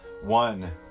One